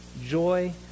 Joy